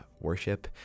worship